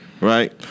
Right